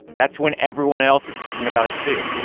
that's when everyone else is thinking about it, too.